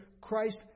Christ